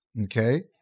okay